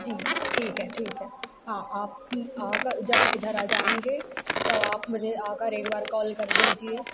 जी ठीक है ठीक है हाँ आप आ कर जब इधर आ जाएँगे तब आप मुझे आ कर एक बार कॉल कर दीजिए